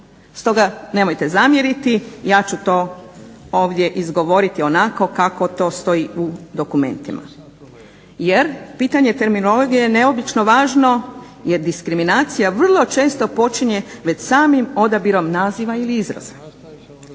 Stoga, nemojte zamjeriti ja ću to ovdje izgovoriti onako kako to stoji u dokumentima. Jer pitanje terminologije je neobično važno jer diskriminacija vrlo često počinje već samim odabirom naziva ili izraza.